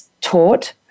taught